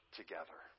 together